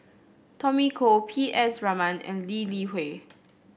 Tommy Koh P S Raman and Lee Li Hui